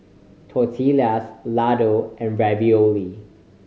Tortillas Ladoo and Ravioli